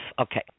Okay